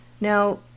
Now